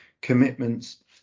commitments